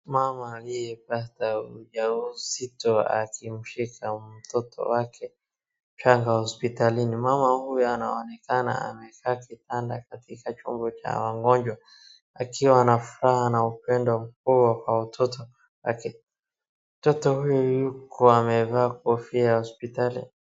Mama aliyepata ujauzito akimshika mtoto wake ka hospitalini. Mama huyu anaonekana amekaa kitanda katika chumba cha wagonjwa akiwa na furaha na upendo mkubwa kwa mtoto. Aki, mtoto huyu huku amevaa kofia ya hospitali.